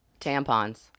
Tampons